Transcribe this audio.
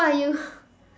!wah! you